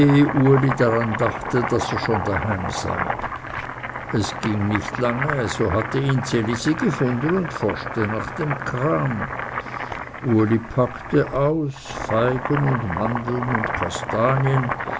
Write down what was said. daran dachte daß er schon daheim sei es ging nicht lange so hatte ihn ds elisi gefunden und forschte nach dem kram uli packte aus feigen und mandeln und kastanien